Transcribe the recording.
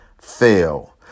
fail